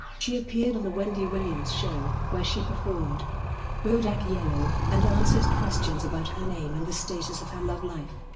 she appeared on the wendy williams show, where she performed bodak yellow, and answered questions about her name and the status of her love life.